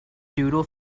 doodle